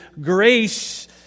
grace